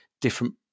different